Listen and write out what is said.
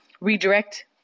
redirect